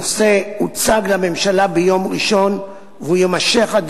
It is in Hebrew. הנושא הוצג לממשלה ביום ראשון והדיון יימשך עד